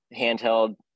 handheld